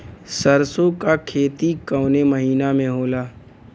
सरसों का खेती कवने महीना में होला?